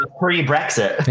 pre-Brexit